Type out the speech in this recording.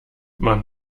man